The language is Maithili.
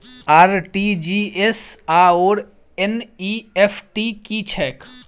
आर.टी.जी.एस आओर एन.ई.एफ.टी की छैक?